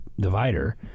divider